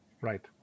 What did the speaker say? right